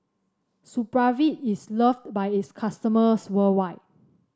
Supravit is loved by its customers worldwide